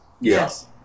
Yes